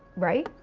right?